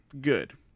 good